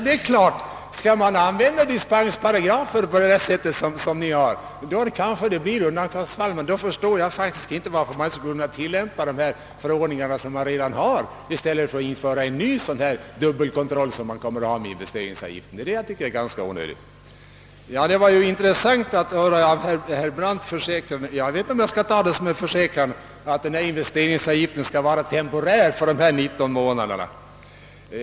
Det är klart alt skall man tillämpa dispensparagrafen på det sätt som ni säger, då kanske det blir undantagsfall, men då förstår jag faktiskt inte varför man inte kan använda den förordning man redan har i stället för att införa en ny och dubbel kontroll som man kommer att ha med investeringsavgiften. Det tycker jag är onödigt. Det var intressant att höra herr Brandts försäkran — jag vet inte om jag vågar ta det som en försäkran — att denna investeringsavgift skall vara temporär, för dessa 19 månader.